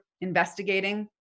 investigating